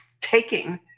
taking